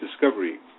discovery